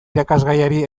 irakasgaiari